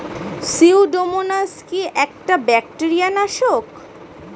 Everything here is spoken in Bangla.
সিউডোমোনাস কি একটা ব্যাকটেরিয়া নাশক?